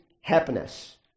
happiness